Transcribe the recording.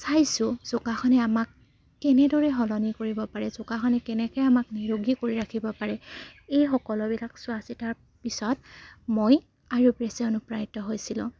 চাইছোঁ যোগাসনে আমাক কেনেদৰে সলনি কৰিব পাৰে যোগাসনে কেনেকৈ আমাক নিৰোগী কৰি ৰাখিব পাৰে এই সকলোবিলাক চোৱা চিতাৰ পিছত মই অনুপ্ৰাণীত হৈছিলোঁ